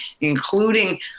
including